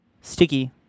sticky